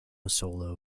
solo